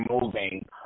moving